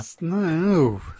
no